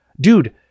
dude